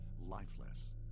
lifeless